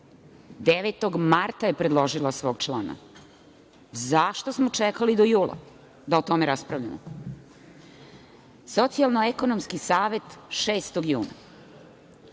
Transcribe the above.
9. marta je predložila svog člana. Zašto smo čekali do jula da o tome raspravljamo? Socijalno ekonomski savet 6. juna.